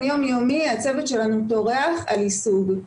יום-יומי הצוות שלנו טורח על יישוג.